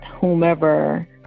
whomever